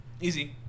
easy